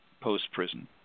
post-prison